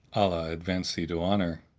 allah advance thee to honour!